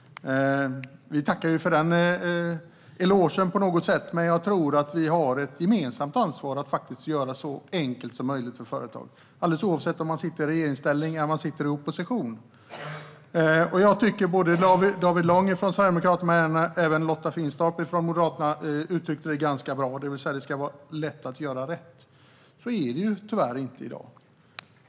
Det är på något sätt en eloge som vi tackar för, men jag tror att vi har ett gemensamt ansvar att göra det så enkelt som möjligt för företag, alldeles oavsett om man sitter i regeringsställning eller om man sitter i opposition. Jag tycker att både David Lång från Sverigedemokraterna och Lotta Finstorp från Moderaterna uttryckte det ganska bra: Det ska vara lätt att göra rätt. Så är det tyvärr inte i dag.